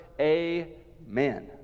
Amen